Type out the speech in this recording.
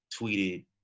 tweeted